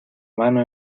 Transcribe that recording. mano